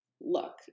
look